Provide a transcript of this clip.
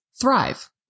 thrive